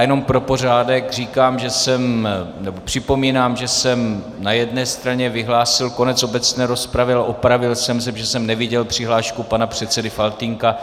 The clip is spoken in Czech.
Jenom pro pořádek říkám, nebo připomínám, že jsem na jedné straně vyhlásil konec obecné rozpravy, ale opravil jsem se, protože jsem neviděl přihlášku pana předsedy Faltýnka.